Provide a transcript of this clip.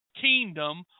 kingdom